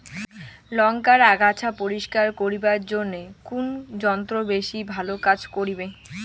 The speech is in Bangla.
লংকার আগাছা পরিস্কার করিবার জইন্যে কুন যন্ত্র বেশি ভালো কাজ করিবে?